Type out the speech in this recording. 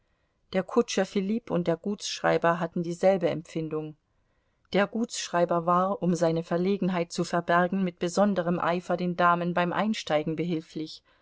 der kutscher filipp und der gutsschreiber hatten dieselbe empfindung der gutsschreiber war um seine verlegenheit zu verbergen mit besonderem eifer den damen beim einsteigen behilflich